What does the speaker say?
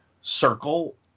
circle